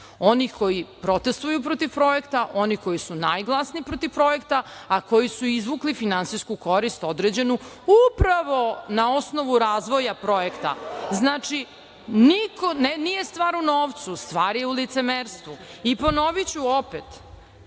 onih koji protestuju protiv projekta, onih koji su najglasniji protiv projekta a koji su izvukli i finansijsku korist određenu upravo na osnovu razvoja projekta. Znači, ne, nije stvar u novcu, stvar je u licemerstvu i ponoviću opet